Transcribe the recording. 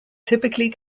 typically